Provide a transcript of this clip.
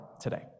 today